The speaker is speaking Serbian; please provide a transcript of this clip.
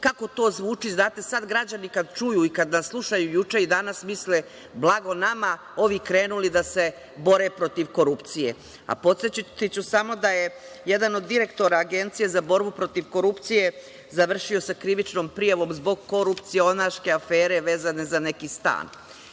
kako to zvuči, znate, sada građani kad čuju i kada nas slušaju juče i danas misle – blago nama, ovi krenuli da se bore protiv korupcije. A podsetiću samo da je jedan od direktora Agencije za borbu protiv korupcije završio sa krivičnom prijavom zbog korupcionaške afere vezane za neki stan.